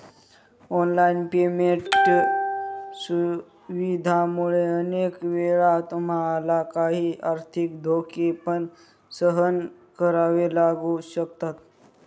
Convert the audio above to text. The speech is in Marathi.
ऑनलाइन पेमेंट सुविधांमुळे अनेक वेळा तुम्हाला काही आर्थिक धोके पण सहन करावे लागू शकतात